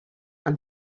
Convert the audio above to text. amb